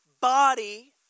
body